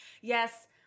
yes